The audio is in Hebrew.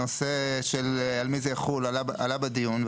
הנושא של על מי זה יחול עלה בדיון,